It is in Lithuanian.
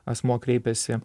asmuo kreipiasi